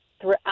throughout